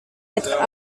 être